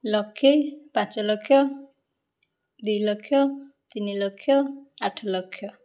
ଲକ୍ଷେ ପାଞ୍ଚ ଲକ୍ଷ ଦୁଇ ଲକ୍ଷ ତିନି ଲକ୍ଷ ଆଠ ଲକ୍ଷ